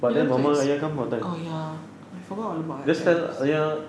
you want to ex~ oh ya I forgot all about my parents